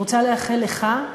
ורוצה לאחל לך,